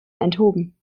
enthoben